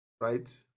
Right